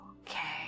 Okay